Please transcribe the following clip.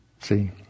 See